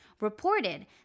reported